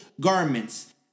garments